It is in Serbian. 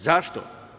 Zašto?